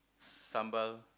sambal